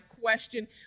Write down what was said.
question